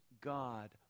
God